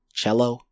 cello